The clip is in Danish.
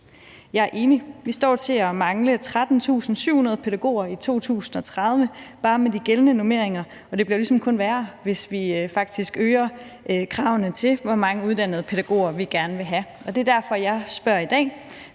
Jeg er enig. Vi står til at mangle 13.700 pædagoger i 2030 bare med de gældende normeringer, og det bliver jo ligesom kun værre, hvis vi faktisk øger kravene til, hvor mange uddannede pædagoger vi gerne vil have. Det er derfor, jeg spørger i dag: